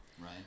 Right